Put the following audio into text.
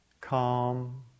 calm